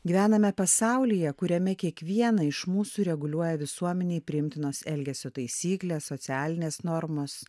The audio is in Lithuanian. gyvename pasaulyje kuriame kiekvieną iš mūsų reguliuoja visuomenei priimtinos elgesio taisyklės socialinės normos